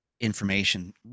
information